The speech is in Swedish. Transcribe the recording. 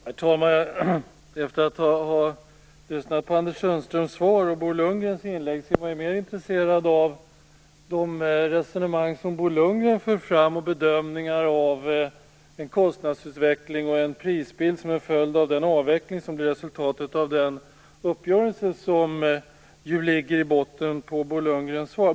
Herr talman! Efter att ha lyssnat på Anders Sundströms svar och Bo Lundgrens inlägg är jag mer intresserad av de resonemang som Bo Lundgren för fram och hans bedömningar av kostnadsutvecklingen och prisbilden i samband med den avveckling som blev resultatet av den uppgörelse som ligger i botten på Bo Lundgrens svar.